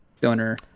donor